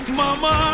mama